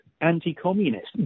anti-communist